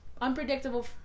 Unpredictable